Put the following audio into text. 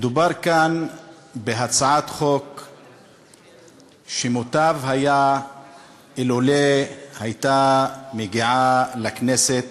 מדובר כאן בהצעת חוק שמוטב היה לולא הגיעה לכנסת